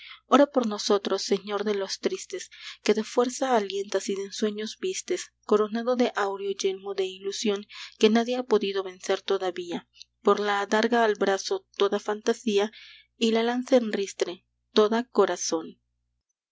ora por nosotros señor de los tristes que de fuerza alientas y de ensueños vistes coronado de áureo yelmo de ilusión que nadie ha podido vencer todavía por la adarga al brazo toda fantasía y la lanza en ristre toda corazón